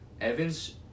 Evans